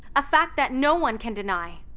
a fact that no one can deny.